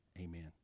amen